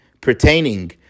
pertaining